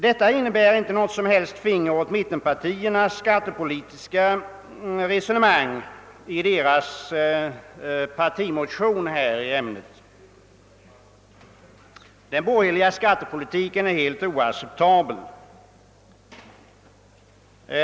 Detta innebär inte att jag ger ett finger åt mittenpartiernas skattepolitiska resonemang i den partimotion de väckt i ämnet. Den borgerliga skattepolitiken är helt oacceptabel.